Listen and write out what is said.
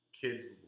kids